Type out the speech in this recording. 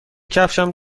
کفشم